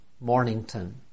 Mornington